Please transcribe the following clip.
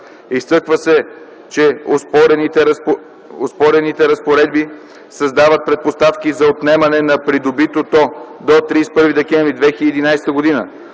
Изтъква се, че оспорените разпоредби създават предпоставки за отнемане на придобитото до 31 декември 2011 г.